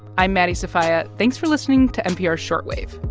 i'm maddie sofia. thanks for listening to npr's short wave.